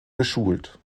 geschult